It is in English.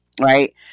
right